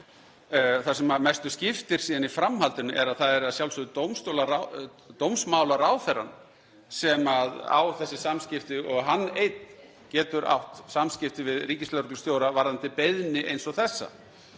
Það sem mestu skiptir síðan í framhaldinu er að það er að sjálfsögðu dómsmálaráðherrann sem á þessi samskipti og hann einn getur átt samskipti við ríkislögreglustjóra varðandi beiðni eins og þessa.